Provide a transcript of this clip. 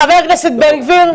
חבר הכנסת בן גביר,